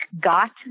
got